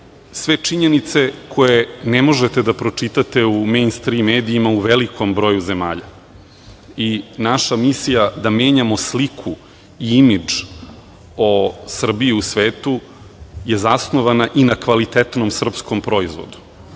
sve činjenice koje ne možete da pročitate u „min strim“ medijima, u velikom broju zemalja, i naša misija menjamo sliku i imidž o Srbiji u svetu je zasnovana i na kvalitetnom srpskom proizvodu.